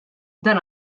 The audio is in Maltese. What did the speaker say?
dan